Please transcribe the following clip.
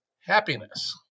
happiness